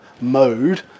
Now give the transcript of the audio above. mode